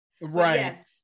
Right